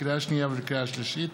לקריאה שנייה ולקריאה שלישית: